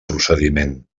procediment